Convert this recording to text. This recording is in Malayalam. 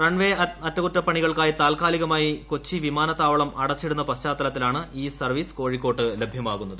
റൺവേ അറ്റകുറ്റപ്പണികൾക്കായി താത്കാലികമായി കൊച്ചി വിമാനത്താവളം അടച്ചിടുന്ന പശ്ചാത്തലത്തിലാണ് ഈ സർവ്വീസ് കോഴിക്കോട്ട് ലഭ്യമാകുന്നത്